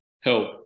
help